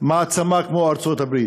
מעצמה כמו ארצות-הברית.